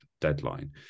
deadline